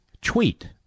tweet